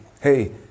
Hey